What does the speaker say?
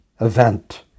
event